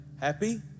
happy